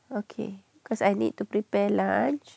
okay cause I need to prepare lunch